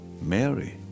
Mary